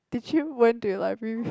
did him went to your library